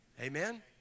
Amen